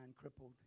crippled